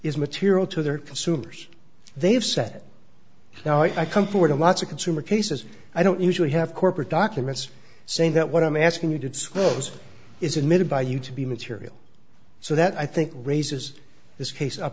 is material to their consumers they've set now i come forward in lots of consumer cases i don't usually have corporate documents saying that what i'm asking you to disclose is admitted by you to be material so that i think raises this case up